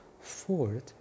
Fourth